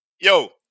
Yo